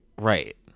Right